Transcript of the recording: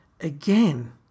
again